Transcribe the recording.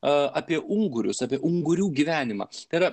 apie ungurius apie ungurių gyvenimą tai yra